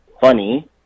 funny